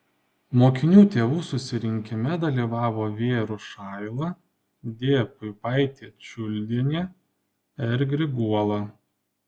mokinių tėvų susirinkime dalyvavo v rušaila d puipaitė čiuldienė r griguola